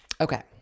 Okay